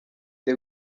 the